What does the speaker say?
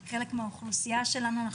הם חלק מהאוכלוסייה שלנו פה,